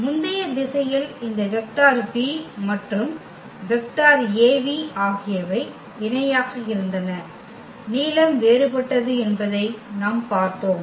முந்தைய திசையில் இந்த வெக்டர் v மற்றும் வெக்டர் Av ஆகியவை இணையாக இருந்தன நீளம் வேறுபட்டது என்பதை நாம் பார்த்தோம்